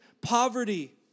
poverty